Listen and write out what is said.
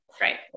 Right